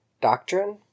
doctrine